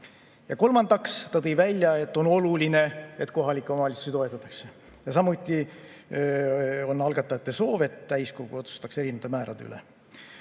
Ja kolmandaks tõi ta välja, et on oluline, et kohalikke omavalitsusi toetatakse. Samuti on algatajate soov, et täiskogu otsustaks erinevate määrade üle.